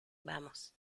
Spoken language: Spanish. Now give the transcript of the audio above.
vamos